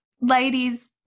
ladies